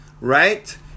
right